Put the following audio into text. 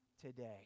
today